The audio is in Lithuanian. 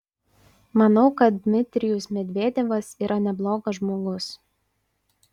manau kad dmitrijus medvedevas yra neblogas žmogus